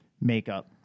makeup